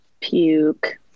Puke